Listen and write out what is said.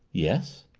yes,